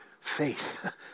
faith